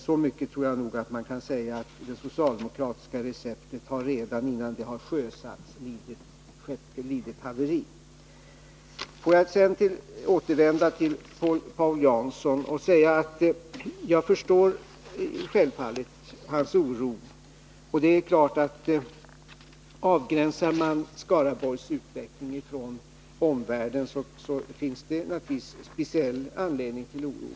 Så mycket tror jag dock att man kan säga att den socialdemokratiska modellen är en skuta som redan innan den har blivit sjösatt har lidit haveri. Får jag sedan återvända till Paul Jansson och säga att jag självfallet förstår hans oro. Om man avgränsar Skaraborgs utveckling från omvärlden, finns det naturligtvis speciell anledning till oro.